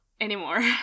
anymore